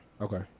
Okay